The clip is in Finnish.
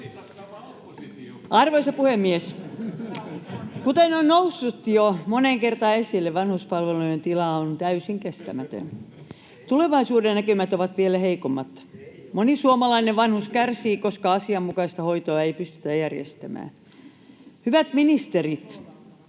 Arvoisa puhemies! Kuten on noussut jo moneen kertaan esille, vanhuspalvelujen tila on täysin kestämätön. Tulevaisuudennäkymät ovat vielä heikommat. Moni suomalainen vanhus kärsii, koska asianmukaista hoitoa ei pystytä järjestämään. Hyvät ministerit,